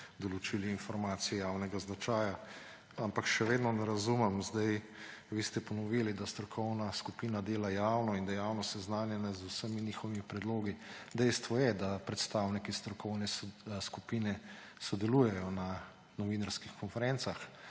določili informacij javnega značaja. Ampak še vedno ne razumem, vi ste ponovili, da strokovna skupina dela javno in da je javnost seznanjena z vsemi njihovimi predlogi. Dejstvo je, da predstavniki strokovne skupine sodelujejo na novinarskih konferencah,